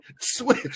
Switch